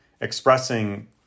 expressing